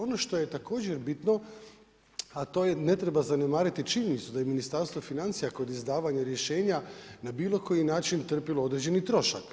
Ono što je također bitno, a to je ne treba zanemariti činjenicu da je Ministarstvo financija kod izdavanja rješenja na bilo koji način trpilo određeni trošak.